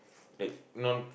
like non